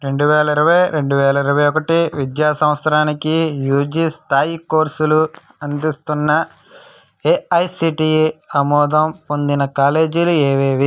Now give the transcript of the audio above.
రెండు వేల ఇరవై రెండు వేల ఇరవై ఒకటి విద్యా సంవత్సరానికి యూజీ స్థాయి కోర్సులు అందిస్తున్న ఏఐసిటిఈ ఆమోదం పొందిన కాలేజీలు ఏవేవి